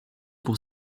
pour